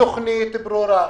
צריכה להיות תוכנית ברורה,